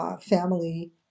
family